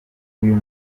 uyu